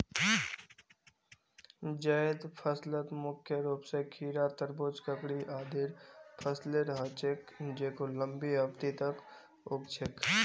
जैद फसलत मुख्य रूप स खीरा, तरबूज, ककड़ी आदिर फसलेर ह छेक जेको लंबी अवधि तक उग छेक